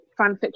fanfiction